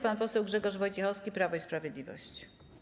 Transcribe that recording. Pan poseł Grzegorz Wojciechowski, Prawo i Sprawiedliwość.